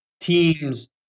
teams